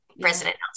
president